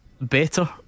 better